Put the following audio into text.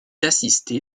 assisté